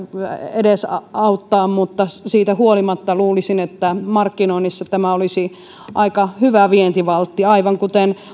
edesauttaa mutta siitä huolimatta luulisin että markkinoinnissa tämä olisi aika hyvä vientivaltti aivan kuten